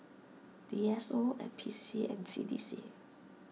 D S O N P C C and C D C